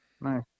Nice